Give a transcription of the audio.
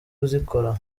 kuzikora